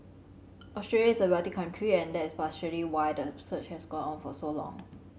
Australia is a wealthy country and that is partly why the search has gone on for so long